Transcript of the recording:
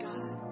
God